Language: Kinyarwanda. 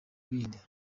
bindi